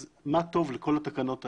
אז מה טוב לכל התקנות האלה.